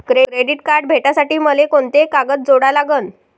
Credit card भेटासाठी मले कोंते कागद जोडा लागन?